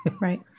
Right